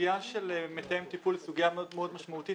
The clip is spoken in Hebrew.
הסוגיה של מתאם טיפול היא סוגיה משמעותית מאוד,